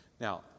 Now